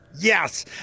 Yes